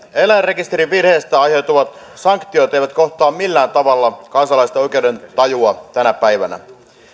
eläinrekisterin virheestä aiheutuvat sanktiot eivät kohtaa millään tavalla kansalaisten oikeudentajua tänä päivänä